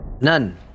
None